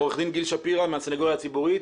עורך דין גיל שפירא מהסנגוריה הציבורית.